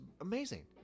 amazing